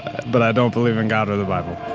but i don't believe in god or the bible.